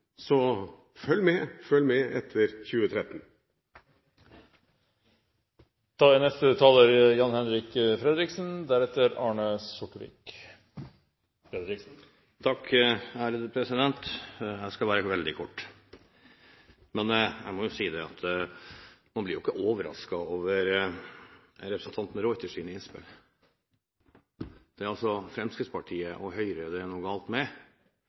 så følg med, følg med etter 2013! Jeg skal være veldig kort, men jeg må si at man blir jo ikke overrasket over representanten de Ruiters innspill. Det er altså Fremskrittspartiet og Høyre det er noe galt med.